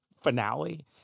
finale